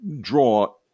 draw